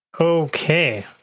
Okay